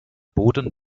boden